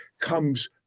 comes